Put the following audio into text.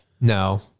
No